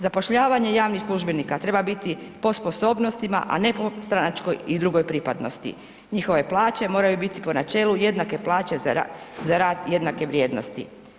Zapošljavanje javnih službenika treba biti po sposobnostima, a ne po stranačkoj i drugoj pripadnosti, njihove plaće moraju biti po načelu jednake plaće za rad jednake vrijednosti.